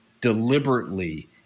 deliberately